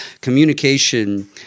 Communication